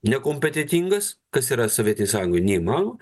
nekompetentingas kas yra sovietų sąjungoj neįmanoma